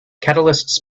catalysts